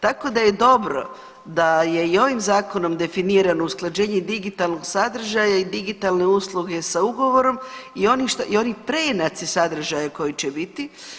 Tako da je dobro da je i ovim zakonom definirano usklađenje digitalnog sadržaja i digitalne usluge sa ugovorom i oni preinaci sadržaja koji će biti.